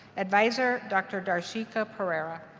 advisor, dr. darshika perera.